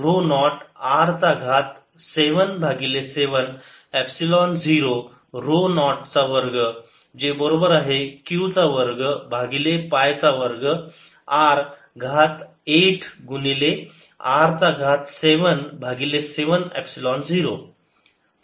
r dr02R770 तर work done आहे rho naught r चा घात 7 भागिले 7 एपसिलोन 0 ऱ्हो नॉट चा वर्ग जे बरोबर आहे q चा वर्ग भागिले पाय चा वर्ग R घात 8 गुणिले R चा घात 7 भागिले 7 एपसिलोन 0